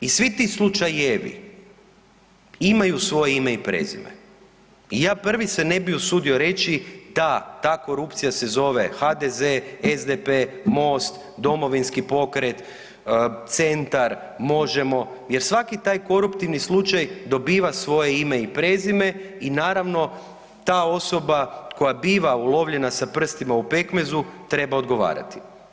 I svi ti slučajevi imaju svoje ime i prezime i ja prvi se ne bi usudio reći da ta korupcija se zove HDZ-e, SDP-e, Most, Domovinski pokret, Centar, Možemo jer svaki taj koruptivni slučaj dobiva svoje ime i prezime i naravno ta osoba koja biva ulovljena u „prstima u pekmezu“ treba odgovarati.